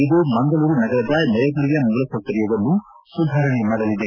ಇದು ಮಂಗಳೂರು ನಗರದ ನೈರ್ಮಲ್ಯ ಮೂಲಸೌಕರ್ಯವನ್ನೂ ಸುಧಾರಣೆ ಮಾಡಲಿದೆ